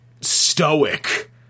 stoic